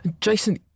Jason